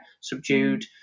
subdued